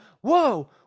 whoa